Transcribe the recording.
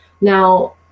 now